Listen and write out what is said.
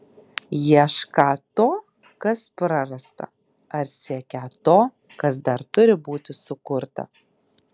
iešką to kas prarasta ar siekią to kas dar turi būti sukurta